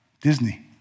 Disney